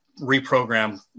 reprogram